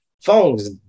phones